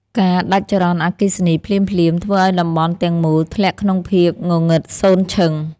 ការដាច់ចរន្តអគ្គិសនីភ្លាមៗ ធ្វើឱ្យតំបន់ទាំងមូលធ្លាក់ក្នុងភាពងងឹតសូន្យឈឹង។